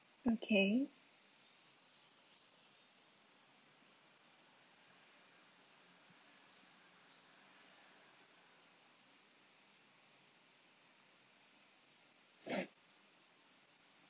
okay